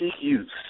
use